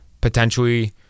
potentially